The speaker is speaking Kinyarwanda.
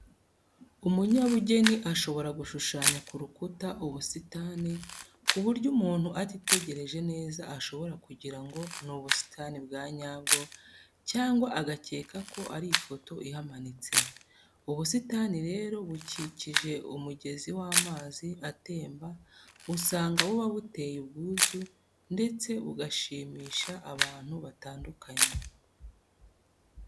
Umunyabugeni ashobora gushushanya ku rukuta ubusitani ku buryo umuntu atitegereje neza ashobora kugira ngo ni ubusitani bwa nyabwo cyangwa agakeka ko ari ifoto ihamanitse. Ubusitani rero bukikije umugezi w'amazi atemba usanga buba buteye ubwuzu ndetse bugashishimisha abantu batandukanye.